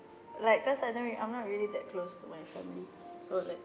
like cause I no~ I'm not really that close to my family so that